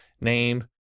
name